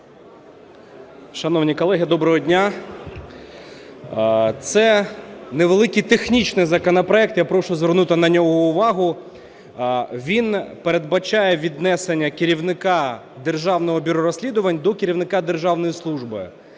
Шановні колеги, доброго дня! Це невеликий технічний законопроект, я прошу звернути на нього увагу. Він передбачає віднесення керівника Державного бюро розслідувань до керівника державної служби.